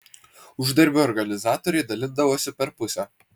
uždarbį organizatoriai dalindavosi per pusę